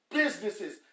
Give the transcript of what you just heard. businesses